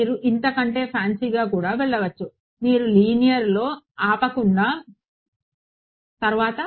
మీరు ఇంతకంటే ఫ్యాన్సీగా కూడా వెళ్ళవచ్చు మీరు లీనియర్లో ఆపకుండా తరువాత